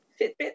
Fitbit